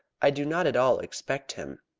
i do not at all expect him.